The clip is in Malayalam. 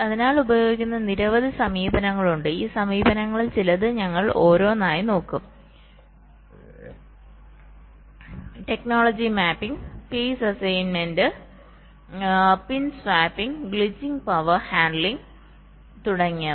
അതിനാൽ ഉപയോഗിക്കുന്ന നിരവധി സമീപനങ്ങളുണ്ട് ഈ സമീപനങ്ങളിൽ ചിലത് ഞങ്ങൾ ഓരോന്നായി നോക്കും technology mapping phase assignment pin swapping glitching power handling തുടങ്ങിയവ